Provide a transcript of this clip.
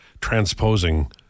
transposing